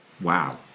Wow